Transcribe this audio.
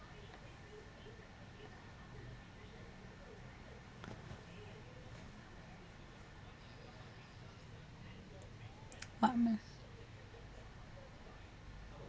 what